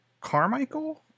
Carmichael